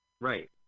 Right